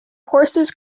horses